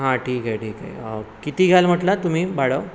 हां ठीक आहे ठीक आहे किती घ्याल म्हटलात तुम्ही भाडं